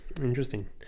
Interesting